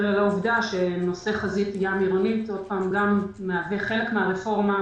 לעובדה שנושא חזית ים עירונית מהווה חלק מהרפורמה,